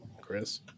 Chris